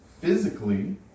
Physically